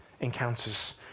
encounters